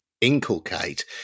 inculcate